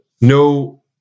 no